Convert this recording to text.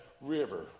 river